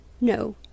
No